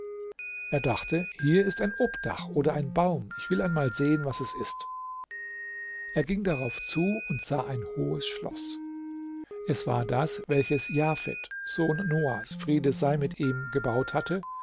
er dachte hier ist ein obdach oder ein baum ich will einmal sehen was es ist er ging darauf zu und sah ein hohes schloß es war das welches jafet sohn noahs friede sei mit ihm gebaut hatte